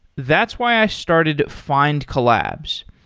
that's why i started findcollabs.